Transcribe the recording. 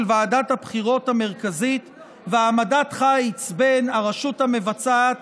ועדת הבחירות המרכזית והעמדת חיץ בין הרשות המבצעת